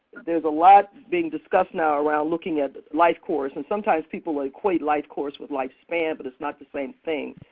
there's a lot being discussed now around looking at life course and sometimes people like equate life course with life span, but it's not the same thing.